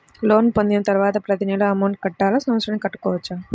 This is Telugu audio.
లోన్ పొందిన తరువాత ప్రతి నెల అమౌంట్ కట్టాలా? సంవత్సరానికి కట్టుకోవచ్చా?